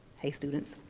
hey students.